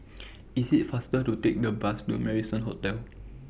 IT IS faster to Take The Bus to Marrison Hotel